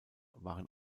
waren